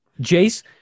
Jace